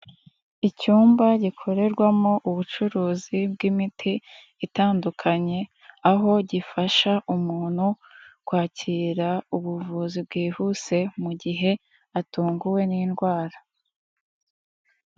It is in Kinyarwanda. Icyumba gikorerwamo ubucuruzi bw'imiti itandukanye, aho gifasha umuntu, kwakira ubuvuzi bwihuse mu gihe atunguwe n'indwara.